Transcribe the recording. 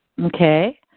okay